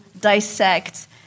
dissect